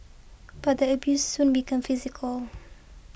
but the abuse soon became physical